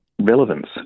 relevance